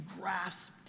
grasped